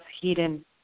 hidden